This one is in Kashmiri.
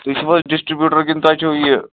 تُہۍ چھُو حظ ڈِسٹرٛبیٛوٗٹَر کِنہٕ تۄہہِ چھُو یہِ